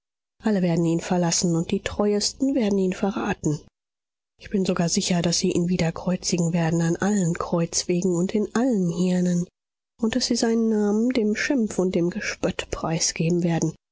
alle werden ihn verlassen und die treuesten werden ihn verraten ich bin sogar sicher daß sie ihn wieder kreuzigen werden an allen kreuzwegen und in allen hirnen und daß sie seinen manien dem schimpf und dem gespött preisgeben werden